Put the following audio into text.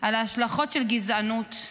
על ההשלכות של גזענות,